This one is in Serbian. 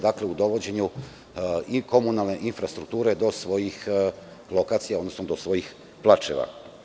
Dakle, u dovođenju i komunalne infrastrukture do svojih lokacija, odnosno do svojih placeva.